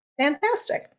Fantastic